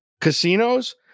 casinos